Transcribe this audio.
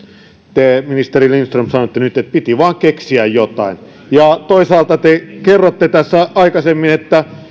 te ministeri lindström sanotte nyt että piti vain keksiä jotain ja toisaalta te kerroitte aikaisemmin että